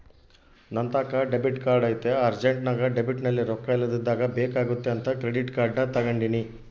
ನಂತಾಕ debit card ಐತೆ ಅರ್ಜೆಂಟ್ನಾಗ ಡೆಬಿಟ್ನಲ್ಲಿ ರೊಕ್ಕ ಇಲ್ಲದಿದ್ದಾಗ ಬೇಕಾಗುತ್ತೆ ಅಂತ ಕ್ರೆಡಿಟ್ ಕಾರ್ಡನ್ನ ತಗಂಡಿನಿ